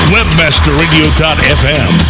WebmasterRadio.fm